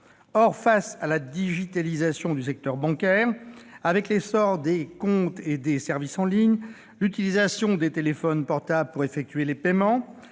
Or, face à la digitalisation du secteur bancaire, avec l'essor des comptes et des services en ligne, l'utilisation des téléphones portables pour effectuer des paiements,